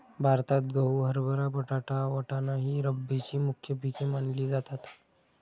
भारतात गहू, हरभरा, बटाटा, वाटाणा ही रब्बीची मुख्य पिके मानली जातात